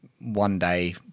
one-day